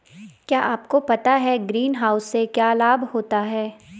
क्या आपको पता है ग्रीनहाउस से क्या लाभ होता है?